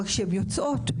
אבל כשהן יוצאות,